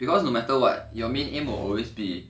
because no matter what your main aim will always be